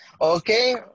Okay